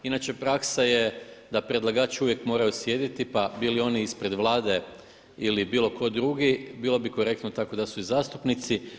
Inače praksa je da predlagači uvijek morali sjediti pa bili oni ispred Vlade ili bilo tko drugi, bilo bi korektno tako da su i zastupnici.